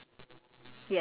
ya